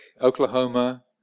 Oklahoma